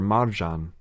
Marjan